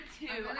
two